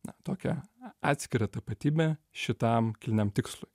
na tokią atskirą tapatybę šitam kilniam tikslui